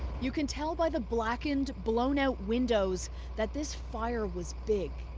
you can tell by the blackened blown out windows that this fire was big.